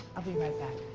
i'll be right back.